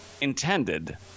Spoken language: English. intended